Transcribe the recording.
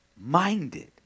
minded